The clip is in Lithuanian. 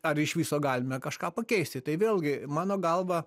ar iš viso galime kažką pakeisti tai vėlgi mano galva